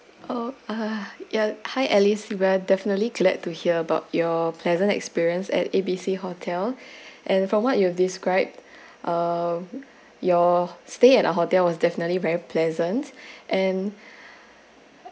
oh ah ya hi alice we are definitely glad to hear about your pleasant experience at A B C hotel and from what you have described uh your stay at our hotel was definitely very pleasant and